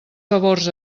favors